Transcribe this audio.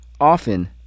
often